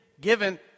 given